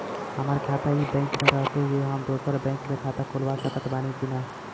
हमार खाता ई बैंक मे रहते हुये हम दोसर बैंक मे खाता खुलवा सकत बानी की ना?